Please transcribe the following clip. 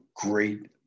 great